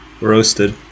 Roasted